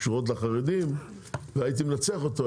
קשורות לחרדים ואני תמיד הייתי מנצח אותו.